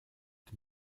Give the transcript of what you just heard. die